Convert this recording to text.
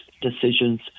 decisions